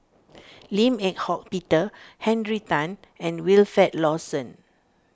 Lim Eng Hock Peter Henry Tan and Wilfed Lawson